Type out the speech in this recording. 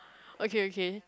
okay okay